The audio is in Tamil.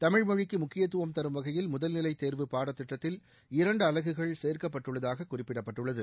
தமிழ்மொழிக்கு முக்கியத்துவம் தரும் வகையில் முதல்நிலை தேர்வு பாடத்திட்டத்தில் இரண்டு அலகுகள் சேர்க்கப்பட்டுள்ளதாக குறிப்பிடப்பட்டுள்ளது